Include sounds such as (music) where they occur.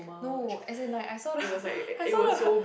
no as in like I saw the (laughs) I saw the (laughs)